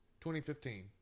2015